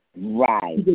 Right